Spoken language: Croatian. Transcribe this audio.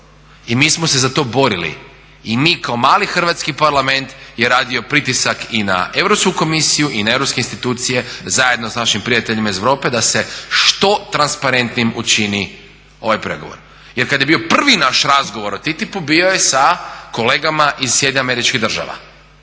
I mi smo se za to borili i mi kao mali hrvatski Parlament je radio pritisak i na Europsku komisiju i na europske institucije zajedno sa našim prijateljima iz Europe da se što transparentnim učini ovaj pregovor. Jer kada je bio prvi naš razgovor o TTIP-u bio je sa kolegama iz SAD-a kada